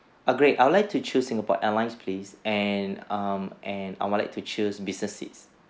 err great I would like to choose singapore airlines please and um and I would like to choose business seats